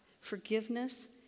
forgiveness